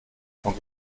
von